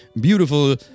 beautiful